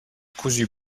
cousu